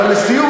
ולסיום,